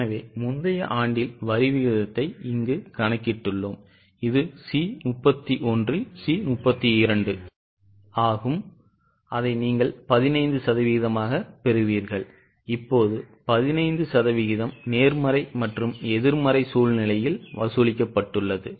எனவே முந்தைய ஆண்டின் வரி விகிதத்தை இங்கு கணக்கிட்டுள்ளோம் இது C31 இல்C 32 ஆகும்அதை நீங்கள் 15 சதவீதமாகப் பெறுவீர்கள் இப்போது 15 சதவிகிதம் நேர்மறை மற்றும் எதிர்மறை சூழ்நிலையில் வசூலிக்கப்பட்டுள்ளது